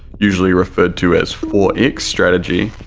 usually referred to as four x strategy,